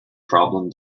problem